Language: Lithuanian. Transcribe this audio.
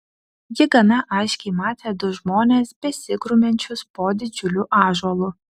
ji gana aiškiai matė du žmones besigrumiančius po didžiuliu ąžuolu